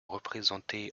représenté